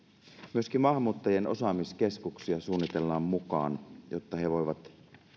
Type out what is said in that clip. myöskin maahanmuuttajien osaamiskeskuksia suunnitellaan mukaan jotta he voivat